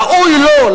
ראוי לו,